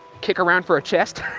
kick around for a chest.